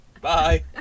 Bye